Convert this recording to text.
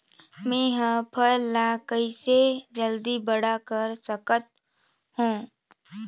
मैं ह फल ला कइसे जल्दी बड़ा कर सकत हव?